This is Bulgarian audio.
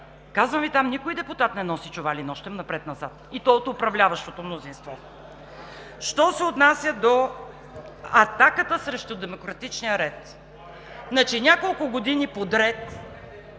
Казвам Ви, там никой депутат не носи нощем чували напред-назад, и то от управляващото мнозинство. Що се отнася до атаката срещу демократичния ред. Няколко години подред